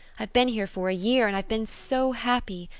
i've been here for a year and i've been so happy.